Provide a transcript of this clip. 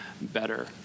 better